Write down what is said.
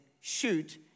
shoot